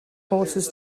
horses